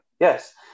Yes